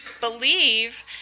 believe